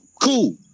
Cool